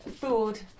food